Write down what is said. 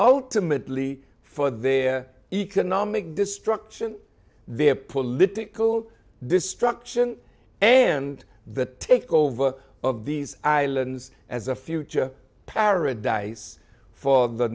ultimately for their economic destruction their political destruction and the takeover of these islands as a future paradise for the